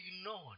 ignored